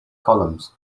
columns